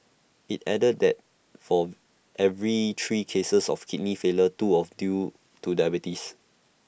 IT added that for every three cases of kidney failure two of due to diabetes